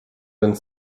den